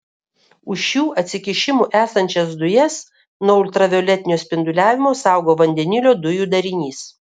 už šių atsikišimų esančias dujas nuo ultravioletinio spinduliavimo saugo vandenilio dujų darinys